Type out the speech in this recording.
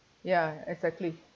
ya exactly